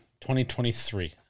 2023